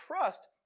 trust